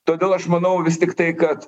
todėl aš manau vis tiktai kad